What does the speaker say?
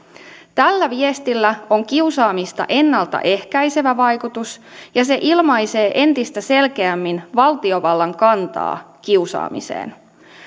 tällä viestillä on kiusaamista ennalta ehkäisevä vaikutus ja se ilmaisee entistä selkeämmin valtiovallan kantaa kiusaamiseen